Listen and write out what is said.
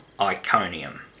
Iconium